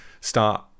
start